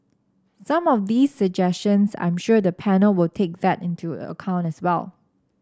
some of these suggestions I'm sure the panel will take that into account as well